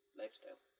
lifestyle